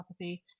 psychopathy